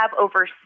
over